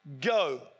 go